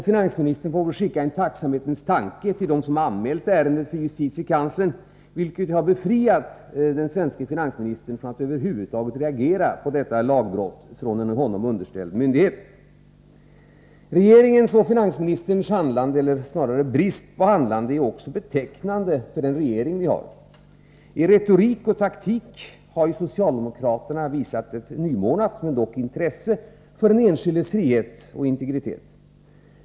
Finansministern får väl skicka en tacksamhetens tanke till den som har anmält ärendet till justitiekanslern, vilket har befriat den svenske finansministern från att över huvud taget reagera på detta lagbrott från en honom underställd myndighet. Regeringens och finansministerns handlande, eller snarare brist på handlande, är betecknande för den regering som vi har. I retorik och taktik har socialdemokraterna visat ett nymornat, men dock intresse för den enskildes frihet och integritet.